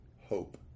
hope